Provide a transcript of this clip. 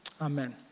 Amen